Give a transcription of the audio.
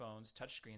touchscreens